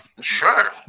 Sure